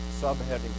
subheading